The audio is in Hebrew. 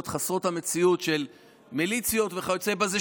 חסרות המציאות של מיליציות וכיוצא בזה,